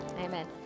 Amen